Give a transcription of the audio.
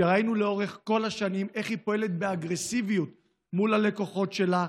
וראינו לאורך כל השנים איך היא פועלת באגרסיביות מול הלקוחות שלה.